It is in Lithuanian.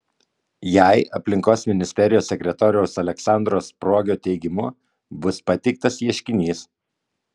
jai aplinkos ministerijos sekretoriaus aleksandro spruogio teigimu bus pateiktas ieškinys